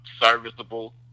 serviceable